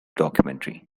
documentary